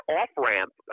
off-ramp